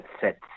set